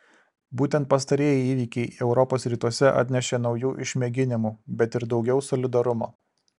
būtent pastarieji įvykiai europos rytuose atnešė naujų išmėginimų bet ir daugiau solidarumo